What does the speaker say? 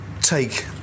take